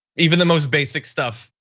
even the most basic stuff,